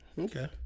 Okay